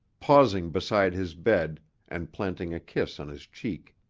pausing beside his bed and planting a kiss on his cheek.